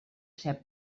ser